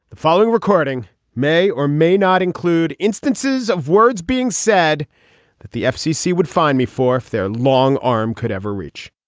the following recording may or may not include instances of words being said that the fcc would find me for if their long arm could ever reach